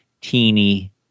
teeny